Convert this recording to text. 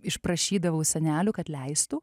išprašydavau senelių kad leistų